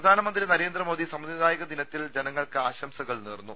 പ്രധാനമന്ത്രി നരേന്ദ്രമോദി സമ്മതിദായക ദിനത്തിൽ ജനങ്ങൾക്ക് ആശംസകൾ നേർന്നു